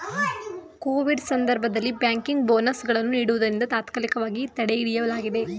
Covid ಸಂದರ್ಭದಲ್ಲಿ banking bonus ಗಳನ್ನು ನೀಡುವುದನ್ನು ತಾತ್ಕಾಲಿಕವಾಗಿ ತಡೆಹಿಡಿಯಲಾಗಿದೆ